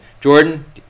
Jordan